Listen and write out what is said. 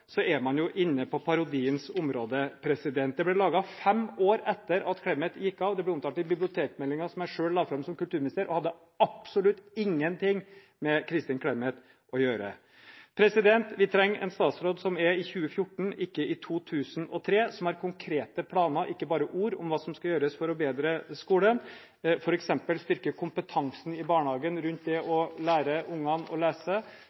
er man jo inne på parodiens område. Det ble laget fem år etter at Clemet gikk av. Det ble omtalt i bibliotekmeldingen, som jeg selv la fram som kulturminister, og hadde absolutt ingen ting med Kristin Clemet å gjøre. Vi trenger en statsråd som er i 2014, ikke i 2003, som har konkrete planer og ikke bare ord om hva som skal gjøres for å bedre skolen, f.eks. styrke kompetansen i barnehagen rundt det å lære barna å lese